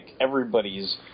everybody's